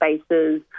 spaces